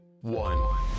one